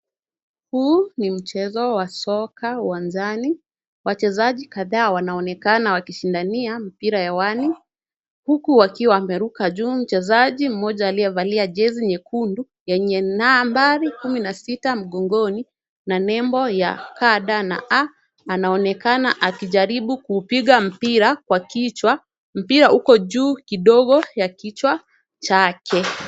Huu ni mchezo wa soka uwanjani. Wachezaji kadhaa wanaonekana wakishindania mpira hewani huku wakiwa wameruka juu. Mchezaji mmoja aliyevalia jezi nyekundu yenye nambari kumi na sita mgongoni na nembo ya KDA anaonekana akijaribu kuupiga mpira kwa kichwa. Mpira uko juu kidogo ya kichwa chake.